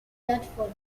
dartford